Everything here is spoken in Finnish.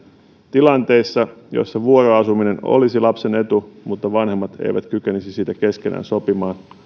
tilanteissa joissa vuoroasuminen olisi lapsen etu mutta vanhemmat eivät kykenisi siitä keskenään sopimaan